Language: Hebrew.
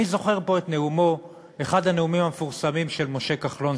אני זוכר את אחד הנאומים המפורסמים של משה כחלון,